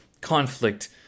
conflict